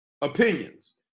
opinions